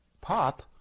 pop